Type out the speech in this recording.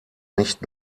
nicht